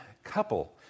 Couple